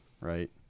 right